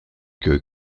que